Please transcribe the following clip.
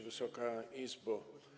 Wysoka Izbo!